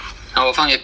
好我放